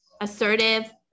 assertive